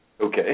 Okay